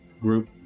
group